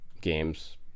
games